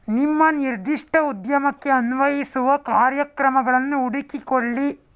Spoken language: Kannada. ನಿಮ್ಮ ನಿರ್ದಿಷ್ಟ ಉದ್ಯಮಕ್ಕೆ ಅನ್ವಯಿಸುವ ಕಾರ್ಯಕ್ರಮಗಳನ್ನು ಹುಡುಕಿಕೊಳ್ಳಿ